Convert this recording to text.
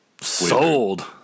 sold